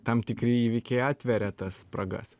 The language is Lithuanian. tam tikri įvykiai atveria tas spragas